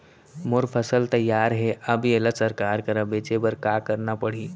मोर फसल तैयार हे अब येला सरकार करा बेचे बर का करना पड़ही?